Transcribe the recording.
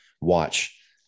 watch